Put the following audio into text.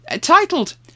titled